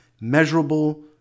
measurable